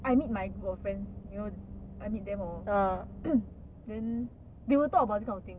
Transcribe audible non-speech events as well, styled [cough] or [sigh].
I meet my group of friends you know I meet them hor [coughs] they will talk about this kind of thing